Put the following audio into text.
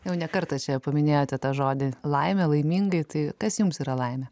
jau ne kartą čia paminėjote tą žodį laimė laimingai tai kas jums yra laimė